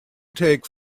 take